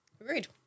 Agreed